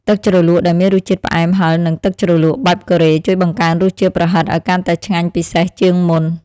ទឹកជ្រលក់ដែលមានរសជាតិផ្អែមហឹរនិងទឹកជ្រលក់បែបកូរ៉េជួយបង្កើនរសជាតិប្រហិតឱ្យកាន់តែឆ្ងាញ់ពិសេសជាងមុន។